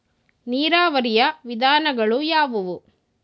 ನೀರಾವರಿಯ ವಿಧಾನಗಳು ಯಾವುವು?